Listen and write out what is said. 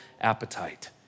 appetite